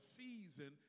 season